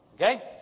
Okay